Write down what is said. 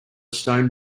stone